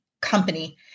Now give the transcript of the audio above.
company